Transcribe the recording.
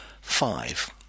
five